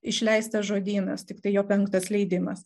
išleistas žodynas tiktai jo penktas leidimas